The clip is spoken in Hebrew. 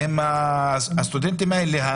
והסטודנטים האלה,